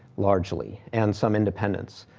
largely, and some independents.